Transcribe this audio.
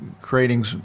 creating